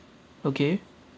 okay